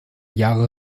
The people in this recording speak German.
jahre